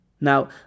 Now